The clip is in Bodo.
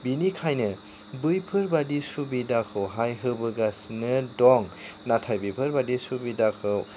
बिनिखायनो बैफोरबायदि सुबिदाखौहाय होबोगासिनो दं नाथाय बेफोरबायदि सुबिदाखौ